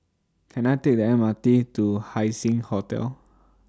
Can I Take The M R T to Haising Hotel